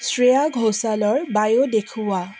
শ্ৰেয়া ঘোষালৰ বায়ো দেখুওৱা